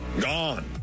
Gone